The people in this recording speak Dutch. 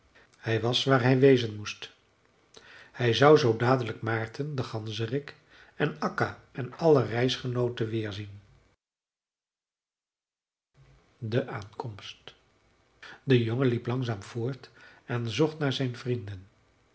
hij was waar hij wezen moest hij zou zoo dadelijk maarten den ganzerik en akka en alle reisgenooten weerzien de aankomst de jongen liep langzaam voort en zocht naar zijn vrienden